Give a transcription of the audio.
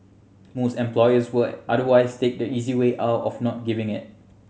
most employers will otherwise take the easy way out of not giving it